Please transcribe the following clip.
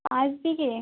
পাঁচ বিঘে